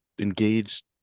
engaged